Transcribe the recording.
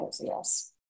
Yes